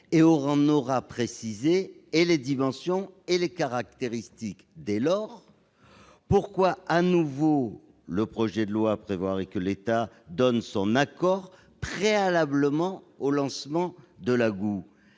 et en aura précisé le périmètre et les caractéristiques. Dès lors, pourquoi le projet de loi prévoirait-il que l'État donne son accord préalablement au lancement de la GOU ?